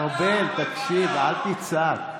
ארבל, תקשיב, אל תצעק.